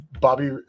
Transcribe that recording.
bobby